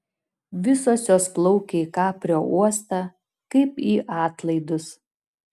visos jos plaukia į kaprio uostą kaip į atlaidus